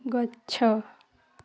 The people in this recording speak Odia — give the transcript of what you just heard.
ଗଛ